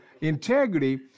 integrity